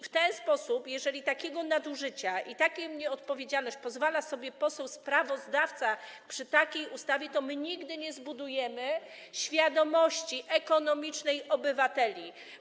W ten sposób, jeżeli na takie nadużycie i taką nieodpowiedzialność pozwala sobie poseł sprawozdawca w przypadku takiej ustawy, nigdy nie zbudujemy świadomości ekonomicznej obywateli.